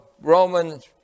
Romans